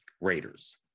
raiders